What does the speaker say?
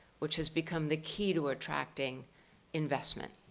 which has become the key to attracting investment.